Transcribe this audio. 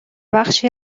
بخشی